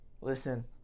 listen